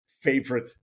favorite